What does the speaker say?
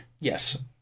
Yes